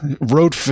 road